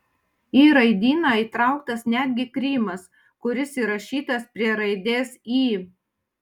į raidyną įtrauktas netgi krymas kuris įrašytas prie raidės y